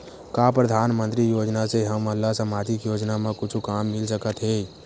का परधानमंतरी योजना से हमन ला सामजिक योजना मा कुछु काम मिल सकत हे?